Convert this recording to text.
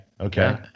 Okay